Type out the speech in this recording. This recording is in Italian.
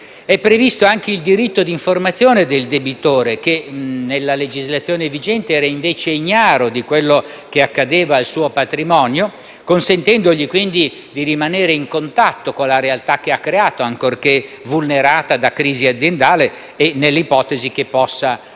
È previsto anche il diritto di informazione del debitore, che nella legislazione vigente era, invece, ignaro di quanto accadeva al suo patrimonio, consentendogli quindi di rimanere in contatto con la realtà che ha creato, ancorché vulnerata da crisi aziendale, nell'ipotesi che possa